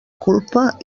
culpa